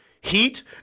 Heat